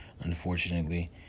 unfortunately